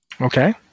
Okay